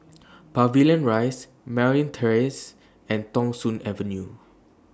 Pavilion Rise Merryn Terrace and Thong Soon Avenue